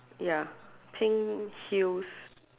ya pink heels